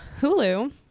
Hulu